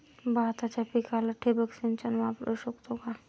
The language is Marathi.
भाताच्या पिकाला ठिबक सिंचन वापरू शकतो का?